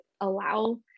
allow